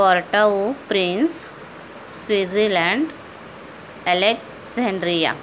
port au prince Switzerland alexandria